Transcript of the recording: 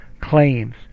claims